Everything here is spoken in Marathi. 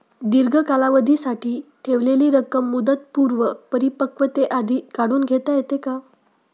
दीर्घ कालावधीसाठी ठेवलेली रक्कम मुदतपूर्व परिपक्वतेआधी काढून घेता येते का?